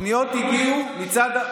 הפניות הגיעו מצד,